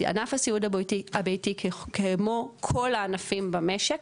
ענף הסיעוד הבריאותי הבייתי, כמו כל הענפים במשק,